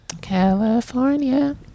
California